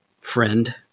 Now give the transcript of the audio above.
friend